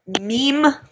meme